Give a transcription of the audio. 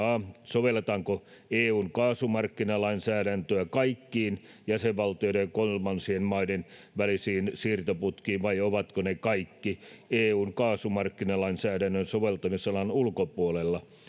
a sovelletaanko eun kaasumarkkinalainsäädäntöä kaikkiin jäsenvaltioiden ja kolmansien maiden välisiin siirtoputkiin vai ovatko ne kaikki eun kaasumarkkinalainsäädännön soveltamisalan ulkopuolella